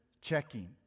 checking